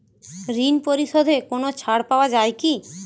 ঋণ পরিশধে কোনো ছাড় পাওয়া যায় কি?